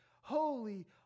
holy